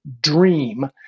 dream